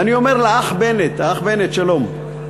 ואני אומר לאח בנט, האח בנט, שלום.